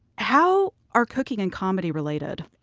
how are cooking and comedy related?